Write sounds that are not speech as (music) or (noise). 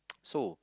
(noise) so